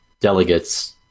delegates